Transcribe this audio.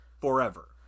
forever